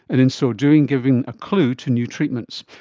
and in so doing given a clue to new treatments.